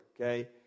okay